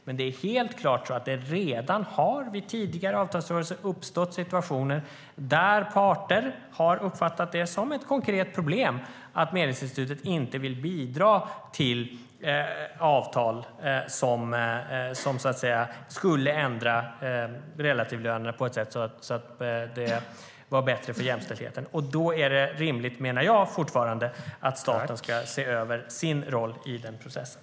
Men redan vid tidigare avtalsrörelser har det helt klart uppstått situationer där parter har uppfattat det som ett konkret problem att Medlingsinstitutet inte vill bidra till avtal som skulle ändra relativlönerna på ett sätt som är bättre för jämställdheten. Då menar jag fortfarande att det är rimligt att staten ska se över sin roll i den processen.